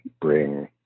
bring